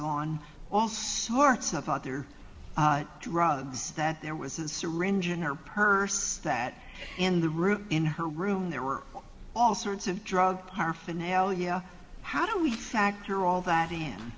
on all sorts of other drugs that there was a syringe in her purse that in the room in her room there were all sorts of drug paraphernalia how do we factor all that in